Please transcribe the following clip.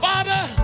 Father